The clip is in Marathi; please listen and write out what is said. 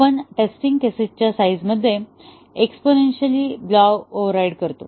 आपण टेस्टिंग केसेस च्या साईझमध्ये एक्स्पोनेन्शिअल ब्लॉव अवॊईड करतो